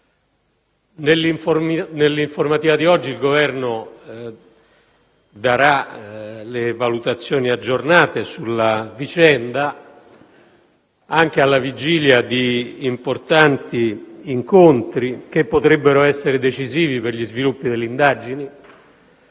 Nell'informativa di oggi il Governo darà le valutazioni aggiornate sulla vicenda anche alla vigilia di importanti incontri che potrebbero essere decisivi per gli sviluppi delle indagini.